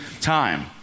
time